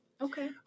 Okay